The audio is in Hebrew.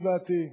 לדעתי.